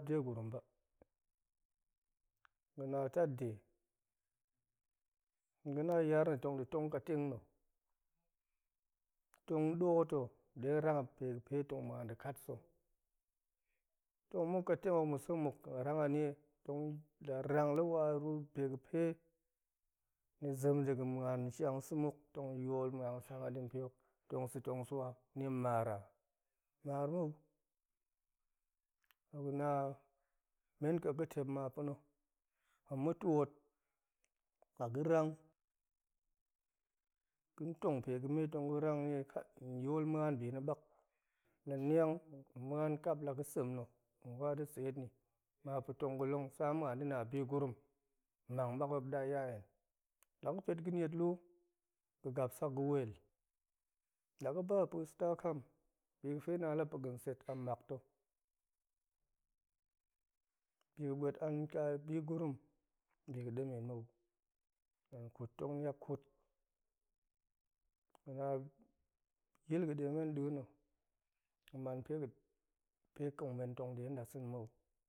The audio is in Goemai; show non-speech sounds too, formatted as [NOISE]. [UNINTELLIGIBLE] ga̱na tat nde tong ga̱na yarna̱ tong de tong ka teng na̱ tong ɗoot ho detong rang a pega̱fe tong muan de kat sa̱ tong muk kateng musek muk rang a nie tong rang la waru pega̱ pe ni zem dega̱ muan shang sa̱ muk, tong yol muan ga̱ sam adi pe hok tong sa̱ tong swa ni mar a? Mar mou to ga̱na men ƙa̱a̱k ma̱tep ma pa̱na̱, la ma̱ tiot laga̱ rang ga̱ tong pe ga̱me tong ga̱ rang kai yol muan bi na̱ bak la niag muan kap la ga̱sem na̱ tong wa de set ni ma pa̱tong ga̱long sa hen muan de nabi gurum mang bak ma̱p da ya hen la ga̱pet ga̱ niet lu ga̱gap sak ga̱wel la ga̱ba puis takam bi ga̱fe na la pa̱ga̱ set a mak to. biga̱ ba̱et anga̱ ka bi gurum bi ga̱ demen mou hen kut tong niep kut ga̱na yil ga̱ demen dein na̱ ma̱ man pe ga̱fe kong men tong de dasa̱ na̱ mou,